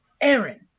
Aaron